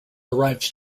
arrives